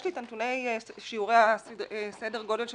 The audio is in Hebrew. יש לי את נתוני שיעורי סדר גודל של